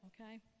okay